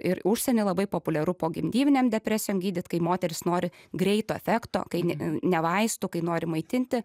ir užsieny labai populiaru pogimdyminėm depresijom gydyt kai moterys nori greito efekto kai ne ne vaistų kai nori maitinti